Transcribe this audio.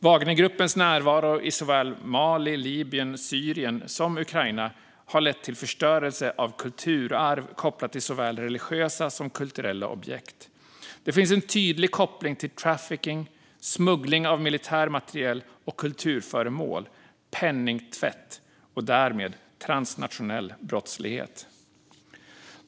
Wagnergruppens närvaro i Mali, Libyen och Syrien såväl som i Ukraina har lett till förstörelse av kulturarv kopplat till religiösa och kulturella objekt. Det finns en tydlig koppling till trafficking, smuggling av militär materiel och kulturföremål, penningtvätt och därmed transnationell brottslighet.